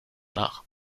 nach